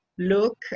look